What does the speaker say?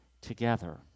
together